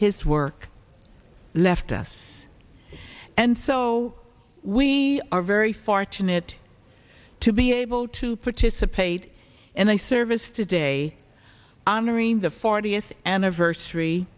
his work left us and so we are very fortunate to be able to participate in the service today honoring the fortieth anniversary